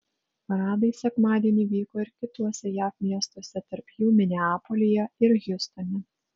paradai sekmadienį vyko ir kituose jav miestuose tarp jų mineapolyje ir hjustone